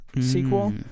sequel